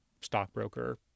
stockbroker